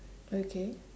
okay